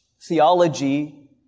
theology